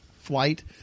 flight